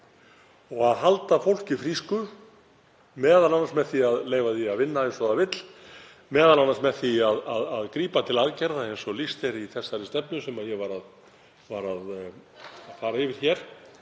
Og að halda fólki frísku, m.a. með því að leyfa því að vinna eins og það vill, m.a. með því að grípa til aðgerða eins og lýst er í þeirri stefnu sem ég var að fara yfir hér,